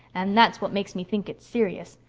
and that's what makes me think it's serious.